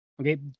Okay